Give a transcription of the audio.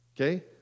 Okay